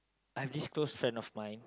I have this close friend of mine